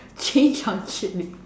tinge of chili